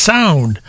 Sound